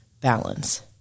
balance